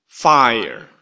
fire